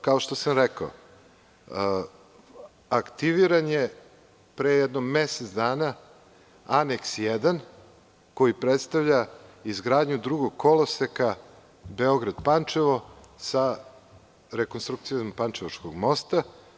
Kao što sam rekao, aktiviran je pre jedno mesec dana Aneks 1. koji predstavlja izgradnju drugog koloseka Beograd – Pančevo, sa rekonstrukcijom Pančevačkog mosta.